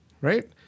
Right